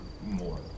more